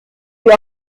die